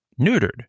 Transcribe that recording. neutered